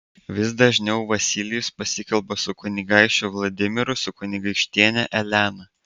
vis dažniau vasilijus pasikalba su kunigaikščiu vladimiru su kunigaikštiene elena